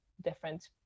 different